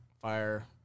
fire